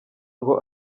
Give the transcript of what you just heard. ngo